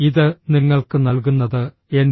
ഇത് നിങ്ങൾക്ക് നൽകുന്നത് എൻ